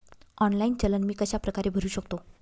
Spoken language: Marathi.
ऑनलाईन चलन मी कशाप्रकारे भरु शकतो?